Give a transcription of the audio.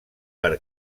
per